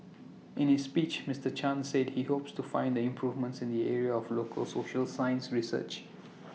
in his speech Mister chan said he hopes to find the improvements in the area of local social science research